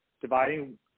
dividing